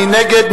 מי נגד?